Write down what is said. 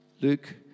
Luke